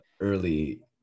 early